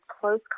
close